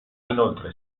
inoltre